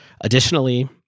Additionally